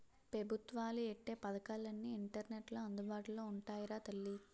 పెబుత్వాలు ఎట్టే పదకాలన్నీ ఇంటర్నెట్లో అందుబాటులో ఉంటాయిరా తల్లీ